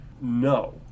No